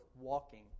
walking